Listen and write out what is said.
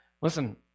Listen